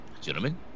Gentlemen